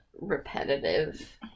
repetitive